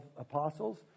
apostles